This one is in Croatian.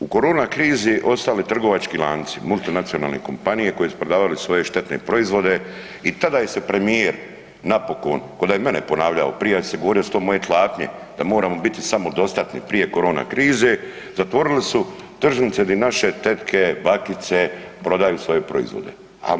U korona krizi, ostali trgovački lanci, multinacionalne kompanije koje su prodavale svoje štetne proizvode i tada se premijer napokon, ko da je mene ponavljao prije jer je govorio da su to moje tlapnje, da moramo samodostatni prije korona krize, zatvorili su tržnice di naše tetke, bakice, prodaju svoje proizvode.